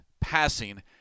passing